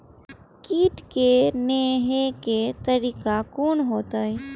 कीट के ने हे के तरीका कोन होते?